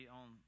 on